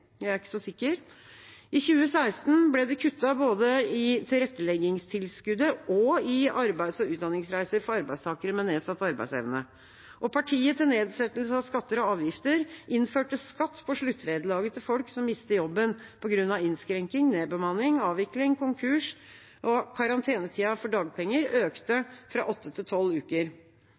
jeg er ikke så sikker. I 2016 ble det kuttet både i tilretteleggingstilskuddet og i arbeids- og utdanningsreiser for arbeidstakere med nedsatt arbeidsevne. Partiet til nedsettelse av skatter og avgifter innførte skatt på sluttvederlaget til folk som mister jobben på grunn av innskrenking, nedbemanning, avvikling, konkurs, og karantenetida for dagpenger økte fra åtte til tolv uker.